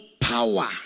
power